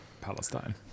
Palestine